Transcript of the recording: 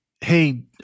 Hey